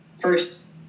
first